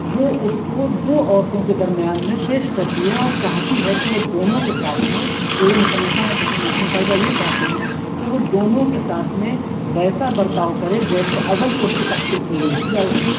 وہ اُس کو دو عورتوں کے درمیان میں پیش کرتی ہے اور چاہتی ہے کہ وہ دونوں کے ساتھ میں جو یہ مصنفہ ہیں تسلیمہ نسرین صاحبہ یہ چاہتی ہیں کہ وہ دونوں کے ساتھ میں ویسا برتاؤ کرے جیسے ازل سے اُس کی تقسیم کی گئی تھی یا اُس کی